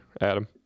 Adam